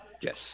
Yes